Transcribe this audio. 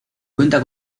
cuenta